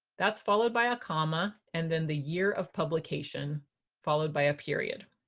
that's followed by a comma and then the year of publication followed by a period.